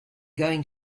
going